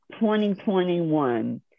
2021